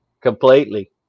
completely